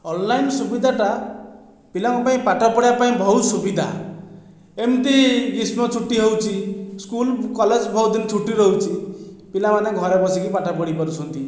online ସୁବିଧାଟା ପିଲାଙ୍କ ପାଇଁ ପାଠ ପଢ଼ିବାପାଇଁ ବହୁତ ସୁବିଧା ଏମିତି ଗ୍ରୀଷ୍ମ ଛୁଟି ହେଉଛି ସ୍କୁଲ୍ କଲେଜ ବହୁତ ଦିନ ଛୁଟି ରହୁଛି ପିଲାମାନେ ଘରେ ବସିକି ପାଠ ପଢ଼ିପାରୁଛନ୍ତି